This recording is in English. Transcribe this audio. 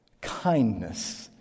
kindness